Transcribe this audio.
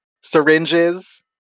Syringes